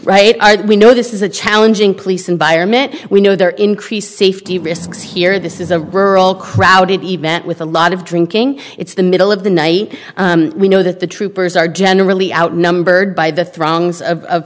write we know this is a challenging police environment we know there are increased safety risks here this is a rural crowded event with a lot of drinking it's the middle of the night we know that the troopers are generally outnumbered by the throngs of